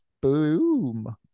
boom